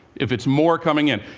if it's more coming in.